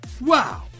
Wow